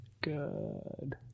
good